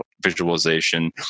visualization